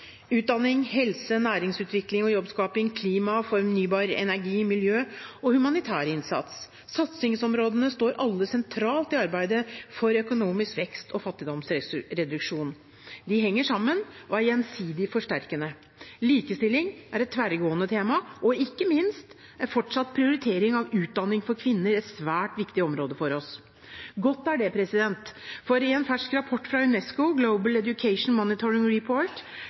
utdanning, helse, næringsutvikling og jobbskaping, klima, fornybar energi, miljø og humanitær innsats. Satsingsområdene står alle sentralt i arbeidet for økonomisk vekst og fattigdomsreduksjon. De henger sammen og er gjensidig forsterkende. Likestilling er et tverrgående tema – og ikke minst er fortsatt prioritering av utdanning for kvinner et svært viktig område for oss. Godt er det, for i en fersk rapport fra UNESCO, Global Education Monitoring Report,